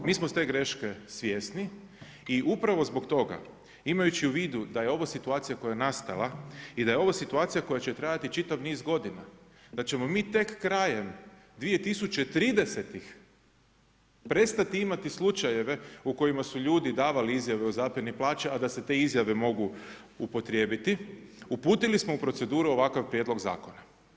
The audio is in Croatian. Mi smo te greške svjesni i upravo zbog toga imajući u vidu da je ovo situacija koja je nastala i da je ovo situacija koja će trajati čitav niz godina, da ćemo mi tek krajem 2030.-ih prestati imati slučajeve u kojima su ljudi davali izjave o zapljeni plaća, a da se te izjave mogu upotrijebiti uputili smo u proceduru ovakav prijedlog zakona.